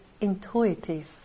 intuitive